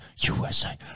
USA